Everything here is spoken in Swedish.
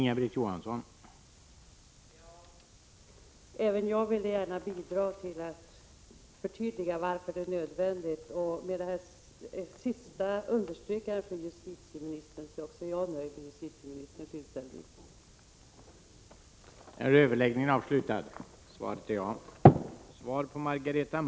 Herr talman! Jag ville gärna bidra till att förtydliga varför det är nödvändigt med justitieministerns understrykande.